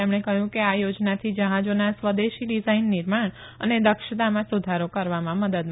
તેમણે કહ્યું કે આ યોજનાથી જહાજાના સ્વદેશી ડિઝાઇન નિર્માણ અને દક્ષતામાં સુધારો કરવામાં મદદ મળશે